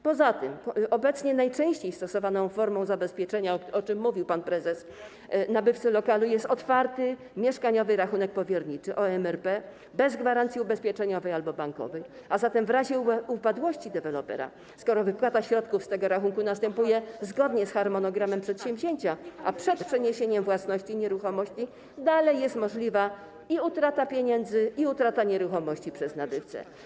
Poza tym obecnie najczęściej stosowaną formą zabezpieczenia - o czym mówił pan prezes - nabywcy lokalu jest otwarty mieszkaniowy rachunek powierniczy, OMRP, bez gwarancji ubezpieczeniowej albo bankowej, a zatem w razie upadłości dewelopera, skoro wypłata środków z tego rachunku następuje zgodnie z harmonogramem przedsięwzięcia, a przed przeniesieniem własności nieruchomości, dalej jest możliwa i utrata pieniędzy, i utrata nieruchomości przez nabywcę.